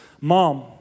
mom